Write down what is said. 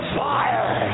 fire